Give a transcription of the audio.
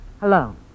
Hello